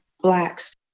blacks